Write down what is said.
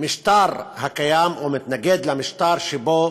שבמשטר הקיים, או: אני מתנגד למשטר שבו